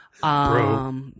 Bro